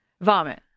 Vomit